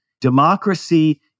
democracy